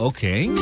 Okay